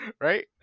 right